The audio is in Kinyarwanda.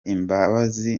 imbabazi